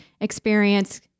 experience